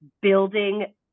building